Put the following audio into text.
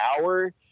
hour